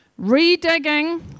Redigging